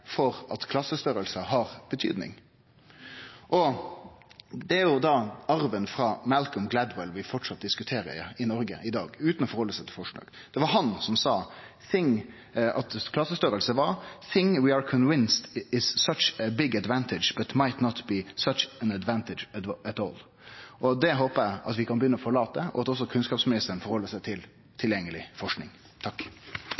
for å seie at klassestorleik har betydning. Det er arven frå Malcolm Gladwell vi framleis diskuterer i Noreg i dag – utan å halde oss til forslag. Det var han som sa at klassestorleik var «thing we are convinced is such a big advantage [but] might not be such an advantage at all». Det håpar eg at vi kan begynne å forlate, og at også kunnskapsministeren held seg til